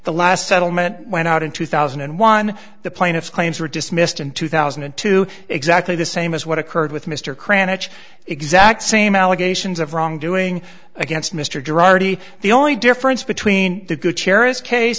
the last settlement went out in two thousand and one the plaintiff claims were dismissed in two thousand and two exactly the same as what occurred with mr cranitch exact same allegations of wrongdoing against mr gerardi the only difference between the good cherice case